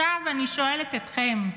עכשיו אני שואלת אתכם,